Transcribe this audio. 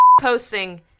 posting